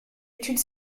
étude